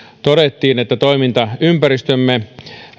todettiin että toimintaympäristömme